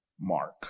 Mark